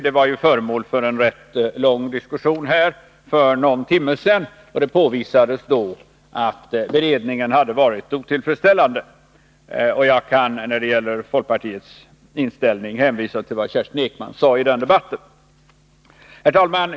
Det var föremål för en rätt lång diskussion här för någon timme sedan. Det påvisades då att beredningen hade varit otillfredsställande. Jag kan när det gäller folkpartiets inställning hänvisa till vad Kerstin Ekman sade i den debatten. Herr talman!